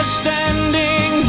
standing